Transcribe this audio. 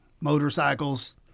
Motorcycles